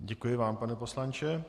Děkuji vám, pane poslanče.